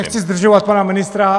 Nechci zdržovat pana ministra.